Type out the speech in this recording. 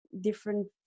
different